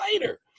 later